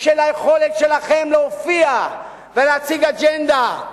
של היכולת שלכם להופיע ולהציג אג'נדה.